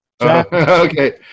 Okay